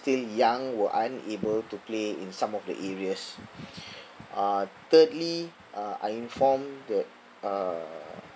still young were unable to play in some of the areas uh thirdly uh I informed that uh